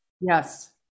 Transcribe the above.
Yes